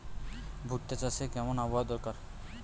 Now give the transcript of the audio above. ভুট্টা চাষে কেমন আবহাওয়া দরকার?